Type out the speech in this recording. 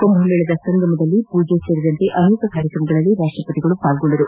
ಕುಂಭಮೇಳದ ಸಂಗಮಲ್ಲಿ ಪೂಜೆ ಸೇರಿದಂತೆ ಅನೇಕ ಕಾರ್ಯಕ್ರಮಗಳಲ್ಲಿ ರಾಷ್ಟಪತಿ ಪಾಲ್ಲೊಂಡರು